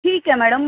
ठीक आहे मॅडम